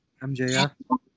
MJ